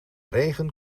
regen